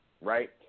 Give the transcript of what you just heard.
right